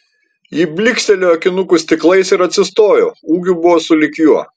ji blykstelėjo akinukų stiklais ir atsistojo ūgiu buvo sulig juo